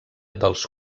dels